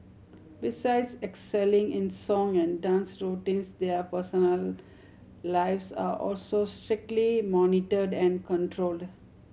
besides excelling in song and dance routines their personal lives are also strictly monitored and controlled